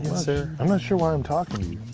sir. i'm not sure why i'm talking to you.